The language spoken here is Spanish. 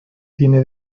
tiene